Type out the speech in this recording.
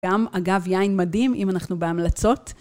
גם אגב, יין מדהים אם אנחנו בהמלצות.